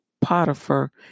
Potiphar